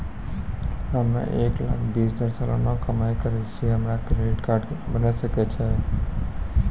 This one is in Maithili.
हम्मय एक लाख बीस हजार सलाना कमाई करे छियै, हमरो क्रेडिट कार्ड बने सकय छै?